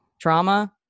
Trauma